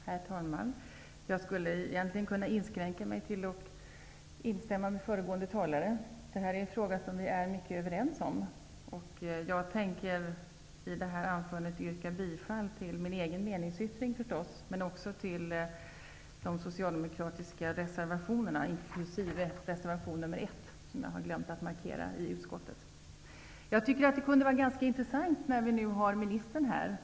Herr talman! Jag skulle egentligen kunna inskränka mig till att instämma med föregående talare. Det här en en fråga där vi är överens. Jag tänker i det här anförandet yrka bifall till min egen meningsyttring och till de socialdemokratiska reservationerna, inkl. reservation 1 -- som jag har glömt att markera i betänkandet. Jag ser att civilministern är här.